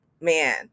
man